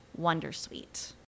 Wondersuite